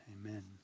amen